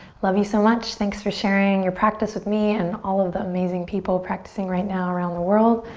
love you so much. thanks for sharing your practice with me and all of the amazing people practicing right now around the world.